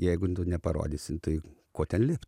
jeigu neparodysi tai ko ten lipt